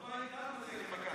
עוד לא הגדרנו את זה כמכת מדינה,